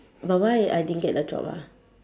but why I didn't get the job ah